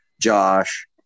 Josh